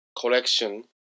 collection